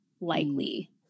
likely